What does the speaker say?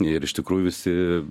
ir iš tikrųjų visi